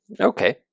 Okay